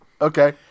Okay